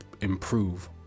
improve